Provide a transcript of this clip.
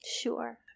sure